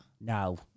No